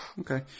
Okay